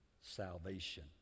salvation